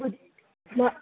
मा